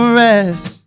rest